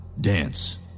dance